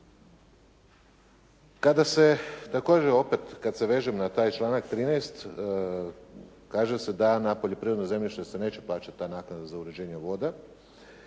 kad se vežem na taj članak 13. kaže se da na poljoprivredno zemljište se neće plaćati ta naknada za uređenje voda,